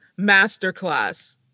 masterclass